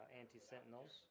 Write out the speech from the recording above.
anti-Sentinels